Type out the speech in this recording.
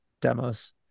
demos